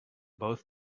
both